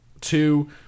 two